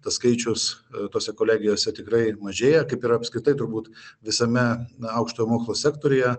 tas skaičius tose kolegijose tikrai mažėja kaip ir apskritai turbūt visame nuo aukštojo mokslo sektoriuje